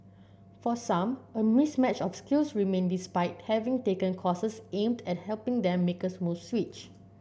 for some a mismatch of skills remain despite having taken courses aimed at helping them make a smooth switch